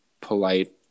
polite